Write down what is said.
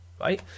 right